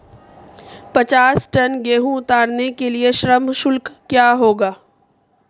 पचास टन गेहूँ उतारने के लिए श्रम शुल्क क्या होगा?